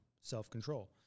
self-control